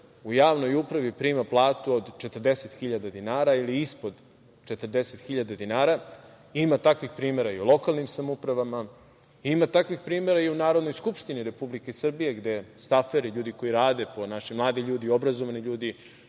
u javnoj upravi prima platu od 40.000 dinara ili ispod 40.000 dinara. Ima takvih primera i u lokalnim samoupravama. Ima takvih primera i u Narodnoj skupštini Republike Srbije gde staferi, ljudi koji rade, naši mladi ljudi, obrazovani ljudi